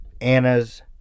Anna's